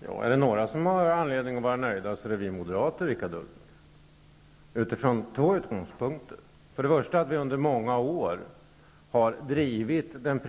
Herr talman! Är det några som har anledning att vara nöjda så är det vi moderater, Richard Ulfvengren. Vi har under många år drivit den